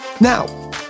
Now